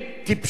טיפשים?